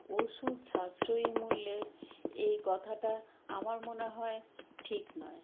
ওষুধ সাশ্রয়ী মূল্যের এই কথাটা আমার মনে হয় ঠিক নয়